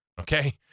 Okay